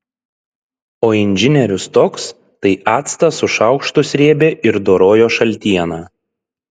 o inžinierius toks tai actą su šaukštu srėbė ir dorojo šaltieną